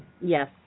Yes